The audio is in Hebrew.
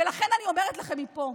ולכן אני אומרת לכם מפה: